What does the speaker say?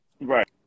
Right